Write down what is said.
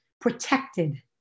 protected